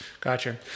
Gotcha